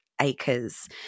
acres